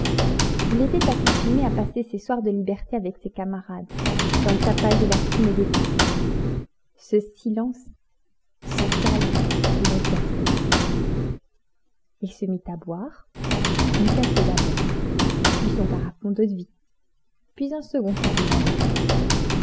il était accoutumé à passer ses soirs de liberté avec ses camarades dans le tapage et la fumée des pipes ce silence ce calme l'exaspéraient il se mit à boire du café d'abord puis son carafon d'eau-de-vie puis un second qu'il demanda